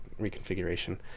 reconfiguration